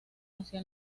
hacia